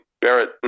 Barrett